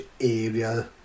area